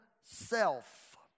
self